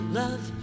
love